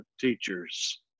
teachers